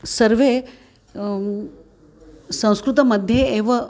सर्वे संस्कृतं मध्ये एव